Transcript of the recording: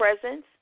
presence